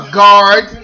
guard